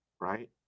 Right